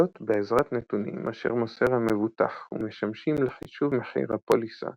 זאת בעזרת נתונים אשר מוסר המבוטח ומשמשים לחישוב מחיר הפוליסה